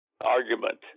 argument